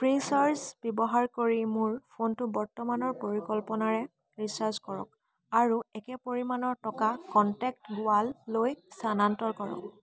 Freecharge ব্যৱহাৰ কৰি মোৰ ফোনটো বৰ্তমানৰ পৰিকল্পনাৰে ৰিচাৰ্জ কৰক আৰু একে পৰিমাণৰ টকা কনটেক্ট গুৱাললৈ স্থানান্তৰ কৰক